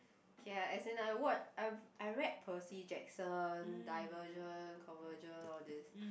K ah as in I wa~ I've I read Percy-Jackson Divergent Convergent all these